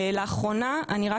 אני רק